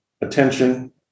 attention